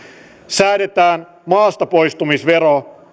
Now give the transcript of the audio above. säädetään maastapoistumisvero